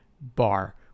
bar